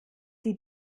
die